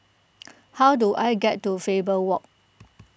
how do I get to Faber Walk